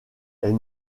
est